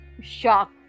shock